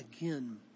again